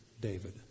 David